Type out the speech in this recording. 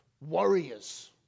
warriors